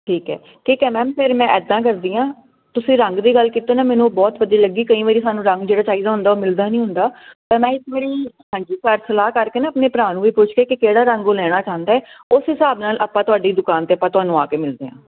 ਠੀਕ ਹੈ ਠੀਕ ਹੈ ਮੈਮ ਫਿਰ ਮੈਂ ਇੱਦਾਂ ਕਰਦੀ ਹਾਂ ਤੁਸੀਂ ਰੰਗ ਦੀ ਗੱਲ ਕੀਤੀ ਨਾ ਮੈਨੂੰ ਉਹ ਬਹੁਤ ਵਧੀਆ ਲੱਗੀ ਕਈ ਵਾਰ ਸਾਨੂੰ ਰੰਗ ਜਿਹੜਾ ਚਾਹੀਦਾ ਹੁੰਦਾ ਉਹ ਮਿਲਦਾ ਨਹੀਂ ਹੁੰਦਾ ਪਰ ਮੈਂ ਇਸ ਵਾਰ ਹਾਂਜੀ ਘਰ ਸਲਾਹ ਕਰਕੇ ਨਾ ਆਪਣੇ ਭਰਾ ਨੂੰ ਵੀ ਪੁੱਛ ਕੇ ਕਿ ਕਿਹੜਾ ਰੰਗ ਉਹ ਲੈਣਾ ਚਾਹੁੰਦਾ ਉਸ ਹਿਸਾਬ ਨਾਲ ਆਪਾਂ ਤੁਹਾਡੀ ਦੁਕਾਨ 'ਤੇ ਆਪਾਂ ਤੁਹਾਨੂੰ ਆ ਕੇ ਮਿਲਦੇ ਹਾਂ